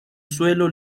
suelo